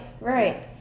right